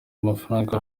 amafaranga